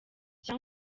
cya